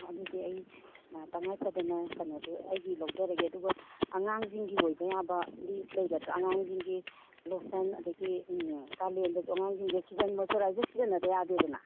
ꯑꯣ ꯑꯗꯨꯗꯤ ꯑꯩ ꯇꯉꯥꯏ ꯐꯗꯅ ꯀꯩꯅꯣꯗꯣ ꯑꯩꯒꯤ ꯂꯧꯖꯔꯒꯦ ꯑꯗꯨꯒ ꯑꯉꯥꯡꯁꯤꯡꯒꯤ ꯑꯣꯏꯕ ꯌꯥꯕꯗꯤ ꯂꯩꯒꯗ꯭ꯔꯥ ꯑꯉꯥꯡꯒꯤ ꯂꯣꯁꯟ ꯑꯗꯒꯤ ꯀꯥꯂꯦꯟꯗꯁꯨ ꯑꯉꯥꯡꯁꯤꯡꯒꯤ ꯁꯤꯔꯝ ꯃꯣꯏꯆꯨꯔꯥꯏꯖꯔ ꯁꯤꯖꯟꯅꯗ ꯌꯥꯗꯦꯗꯅ